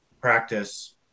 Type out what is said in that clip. practice